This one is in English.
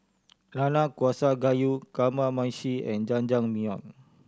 Nanakusa Gayu Kamameshi and Jajangmyeon